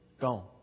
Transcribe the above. Gone